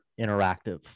interactive